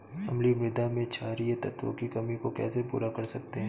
अम्लीय मृदा में क्षारीए तत्वों की कमी को कैसे पूरा कर सकते हैं?